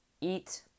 Eat